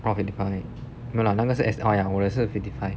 orh fifty five no lah 那个是 lah 我的是 fifty five